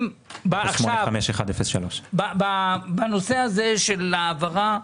08-51-03. בנושא הזה של ההעברה,